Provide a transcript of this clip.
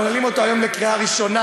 אנחנו מעלים אותו היום לקריאה ראשונה.